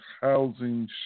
housing